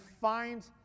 find